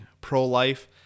pro-life